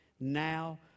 now